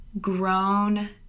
grown